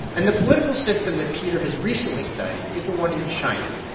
and the political system that peter has recently studied is the one in china,